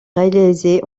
réalisée